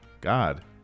God